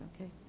okay